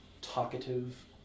talkative